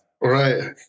Right